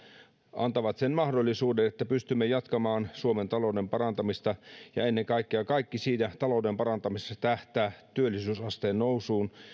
antavat sen mahdollisuuden että pystymme jatkamaan suomen talouden parantamista ja ennen kaikkea kaikki siinä talouden parantamisessa tähtää työllisyysasteen nousuun